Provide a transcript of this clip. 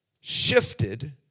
shifted